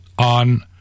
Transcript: on